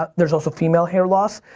ah there's also female hair loss.